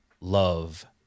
love